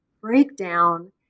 breakdown